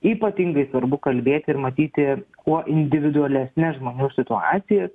ypatingai svarbu kalbėti ir matyti kuo individualesnes žmonių situacijas